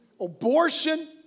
abortion